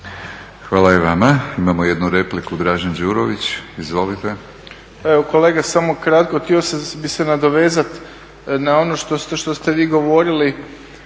Hvala i vama. Imamo jednu repliku Dražen Đurović. Izvolite.